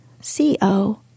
C-O